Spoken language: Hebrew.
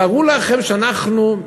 25. תארו לכם שאנחנו,